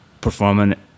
performing